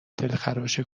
دلخراش